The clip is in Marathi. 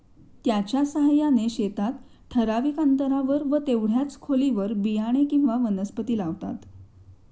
त्याच्या साहाय्याने शेतात ठराविक अंतरावर व तेवढ्याच खोलीवर बियाणे किंवा वनस्पती लावतात